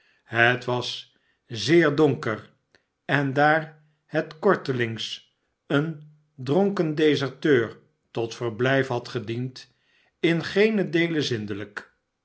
het was zeer donker en daar het kortelings een dronken deserteur tot verblijf had gediend in geenen deele zindelijk